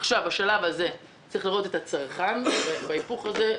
בשלב הזה צריך לראות את הצרכן, בהיפוך הזה,